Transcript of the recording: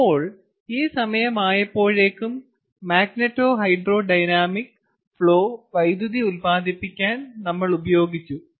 അപ്പോൾ ഈ സമയമായപ്പോഴേക്കും മാഗ്നെറ്റോഹൈഡ്രോഡൈനാമിക് ഫ്ലോ വൈദ്യുതി ഉൽപ്പാദിപ്പിക്കാൻ നമ്മൾ ഉപയോഗിച്ചു